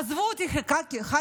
עזבו אותי כח"כית,